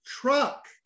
truck